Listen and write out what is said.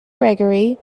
gregory